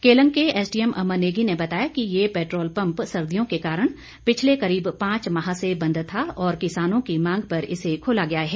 केलंग के SD M Amar Negi ने बताया कि ये पैट्रोल पम्प सर्दियों के कारण पिछले करीब पांच माह से बंद था और किसानों की मांग पर इसे खोला गया है